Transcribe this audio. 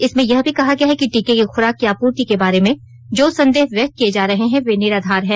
इंसमें यह भी कहा गया है कि टीके की खुराक की आपूर्ति के बारे में जो संदेह व्यक्त किए जा रहे हैं वे निराधार हैं